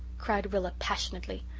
cried rilla passionately.